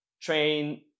train